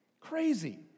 Crazy